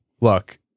Look